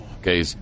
Okay